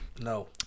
no